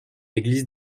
église